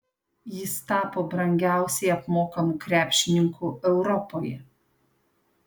jis tapo brangiausiai apmokamu krepšininku europoje